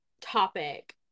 topic